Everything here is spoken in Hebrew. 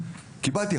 קיבלתי,